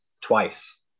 twice